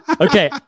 Okay